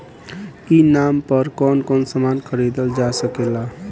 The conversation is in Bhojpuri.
ई नाम पर कौन कौन समान खरीदल जा सकेला?